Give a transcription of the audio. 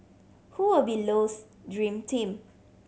who will be Low's dream team